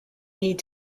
need